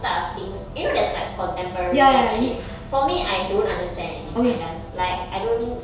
type of things you know there's like contemporary and shit for me I don't understand eh this kind of dance like I don't